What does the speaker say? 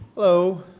Hello